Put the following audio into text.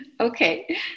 Okay